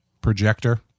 projector